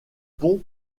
ponts